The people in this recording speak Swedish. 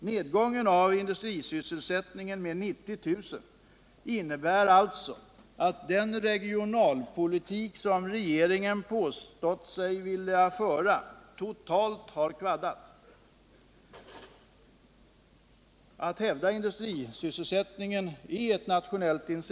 Nedgången i industrisysselsättningen med 90 000 arbetstillfällen visar att den regionalpolitik som regeringen påstått sig vilja föra totalt har kvaddat. Kravet att industrisysselsättningen skall upprätthållas är av nationellt intresse.